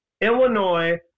Illinois